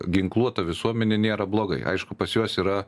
ginkluota visuomenė nėra blogai aišku pas juos yra